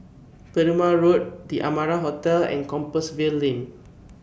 Perumal Road The Amara Hotel and Compassvale Lane